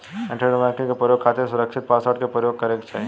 internet banking के प्रयोग खातिर सुरकछित पासवर्ड के परयोग करे के चाही